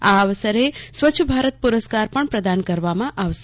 આ અવસરે સ્વચ્છ ભારત પુરસ્કાર પણ પ્રદાન કરવામાં આવશે